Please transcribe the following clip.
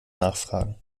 nachfragen